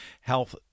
Health